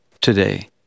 today